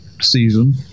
season